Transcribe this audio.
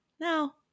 now